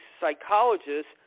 psychologists